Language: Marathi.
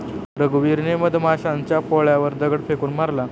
रघुवीरने मधमाशांच्या पोळ्यावर दगड फेकून मारला